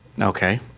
Okay